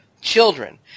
children